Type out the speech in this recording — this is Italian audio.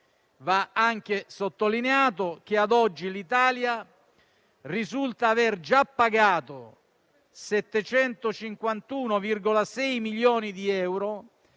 Va anche sottolineato che, ad oggi, l'Italia risulta aver già pagato 751,6 milioni di euro